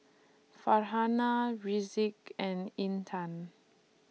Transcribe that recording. Farhanah Rizqi and Intan